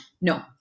No